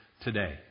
today